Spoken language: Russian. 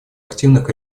активных